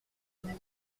douze